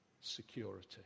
security